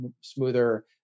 smoother